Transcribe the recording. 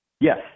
Yes